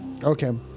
Okay